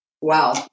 wow